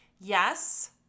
Yes